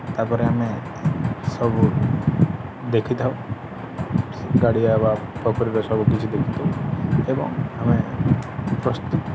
ତା'ପରେ ଆମେ ସବୁ ଦେଖିଥାଉ ଗାଡ଼ିଆ ବା ପୋଖରୀର ସବୁ କିଛି ଦେଖିଥାଉ ଏବଂ ଆମେ ପ୍ରସ୍ତୁତ